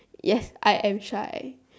yes I am shy